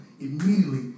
Immediately